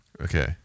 Okay